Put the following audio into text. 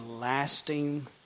lasting